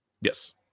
Yes